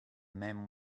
men